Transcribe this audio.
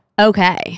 Okay